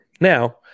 Now